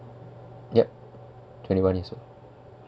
yup twenty one years old